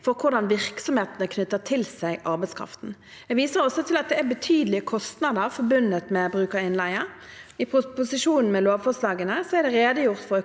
for hvordan virksomhetene knytter til seg arbeidskraften. Jeg viser også til at det er betydelige kostnader forbundet med bruk av innleie. I proposisjonen med lovforslagene er det redegjort for økonomiske